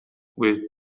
with